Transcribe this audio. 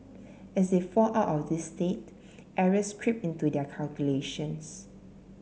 as they fall out of this state errors creep into their calculations